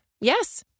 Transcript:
Yes